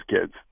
kids